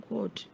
God